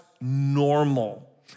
normal